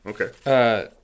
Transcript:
Okay